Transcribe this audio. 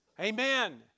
Amen